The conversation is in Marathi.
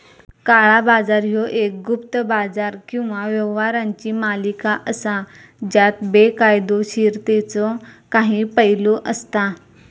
काळा बाजार ह्यो एक गुप्त बाजार किंवा व्यवहारांची मालिका असा ज्यात बेकायदोशीरतेचो काही पैलू असता